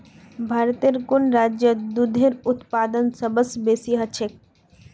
भारतेर कुन राज्यत दूधेर उत्पादन सबस बेसी ह छेक